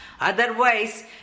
otherwise